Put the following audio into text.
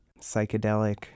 psychedelic